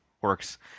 works